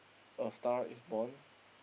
A Star is Born